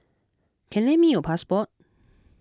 can lend me your passport